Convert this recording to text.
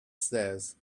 stairs